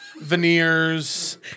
Veneers